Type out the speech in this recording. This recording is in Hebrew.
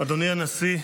אדוני הנשיא,